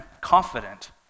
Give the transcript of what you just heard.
confident